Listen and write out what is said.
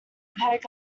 peg